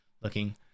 looking